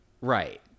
Right